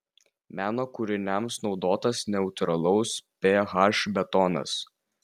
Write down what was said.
meno kūriniams naudotas neutralaus ph betonas